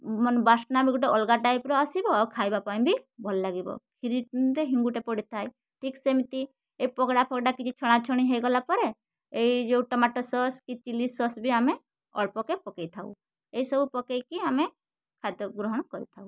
ମାନେ ବାସ୍ନା ବି ଗୋଟେ ଅଲଗା ଟାଇପ୍ର ଆସିବ ଆଉ ଖାଇବା ପାଇଁ ବି ଭଲ ଲାଗିବ କ୍ଷୀରିରେ ହେଙ୍ଗୁଟେ ପଡ଼ିଥାଏ ଠିକ୍ ସେମିତି ଏ ପକଡ଼ା ଫକଡ଼ା କିଛି ଛଣାଛଣି ହେଇଗଲା ପରେ ଏଇ ଯେଉଁ ଟମାଟ ସସ୍ କି ଚିଲି ସସ୍ ବି ଆମେ ଅଳ୍ପକେ ପକେଇ ଥାଉ ଏହି ସବୁ ପକେଇକି ଆମେ ଖାଦ୍ୟ ଗ୍ରହଣ କରିଥାଉ